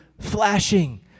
flashing